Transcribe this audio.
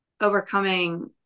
overcoming